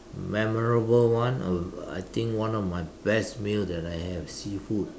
memorable one I I think one of my best meals that I had seafood